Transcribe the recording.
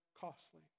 costly